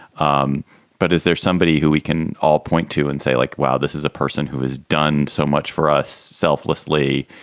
um but is there somebody who we can all point to and say, like, wow, this is a person who has done so much for us selflessly.